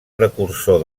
precursor